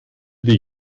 die